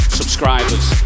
subscribers